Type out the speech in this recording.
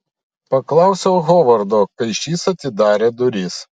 paklausiau hovardo kai šis atidarė duris